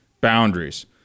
boundaries